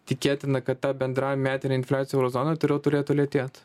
tikėtina kad ta bendra metinė infliacija euro zonoj toriau turėtų lėtėt